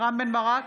רם בן ברק,